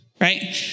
right